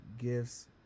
gifts